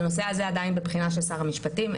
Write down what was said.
הנושא הזה עדיין בבחינה של שר המשפטים.